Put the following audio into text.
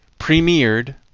premiered